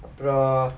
அப்றோம்:aprom